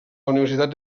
universitat